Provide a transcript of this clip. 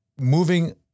moving